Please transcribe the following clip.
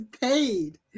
paid